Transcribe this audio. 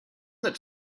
that